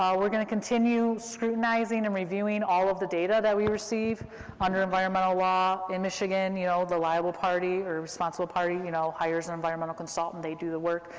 we're going to continue scrutinizing and reviewing all of the data that we receive under environmental law in michigan, you know, the liable party, or responsible party, you know, hires an environmental consultant, they do the work,